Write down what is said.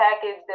package